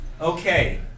Okay